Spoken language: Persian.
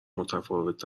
متفاوت